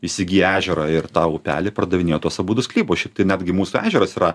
įsigiję ežerą ir tą upelį pardavinėjo tuos abudu sklypus šiaip tai netgi mūsų ežeras yra